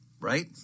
right